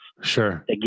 Sure